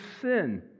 sin